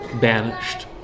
banished